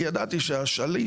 כי ידעתי שהשליש,